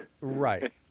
Right